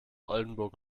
oldenburg